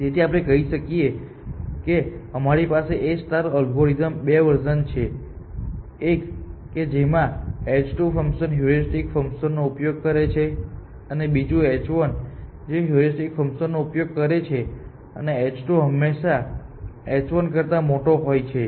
તેથી આપણે કહી શકીએ કે અમારી પાસે A એલ્ગોરિધમ્સના બે વર્ઝન છે એક કે જેમાં h2 ફંકશન હ્યુરિસ્ટિક ફંક્શનનોનો ઉપયોગ કરે છે અને બીજું h1 જે હ્યુરિસ્ટિક ફંક્શનનો ઉપયોગ કરે છે અને h2 હંમેશાં h1 કરતા મોટો હોય છે